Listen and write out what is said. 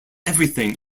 everything